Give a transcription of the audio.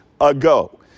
ago